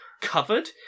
covered